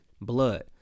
blood